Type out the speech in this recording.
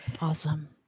Awesome